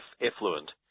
effluent